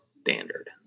standard